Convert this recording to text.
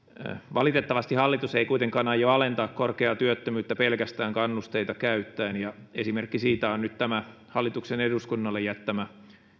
valitettavasti hallitus ei kuitenkaan aio alentaa korkeaa työttömyyttä pelkästään kannusteita käyttäen ja esimerkki siitä on nyt tämä hallituksen eduskunnalle jättämä